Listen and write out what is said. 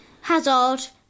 Hazard